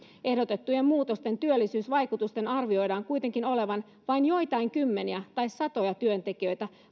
ehdotettujen muutosten työllisyysvaikutusten arvioidaan kuitenkin olevan vain joitain kymmeniä tai satoja työntekijöitä